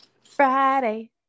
Friday